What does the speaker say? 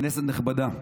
כנסת נכבדה,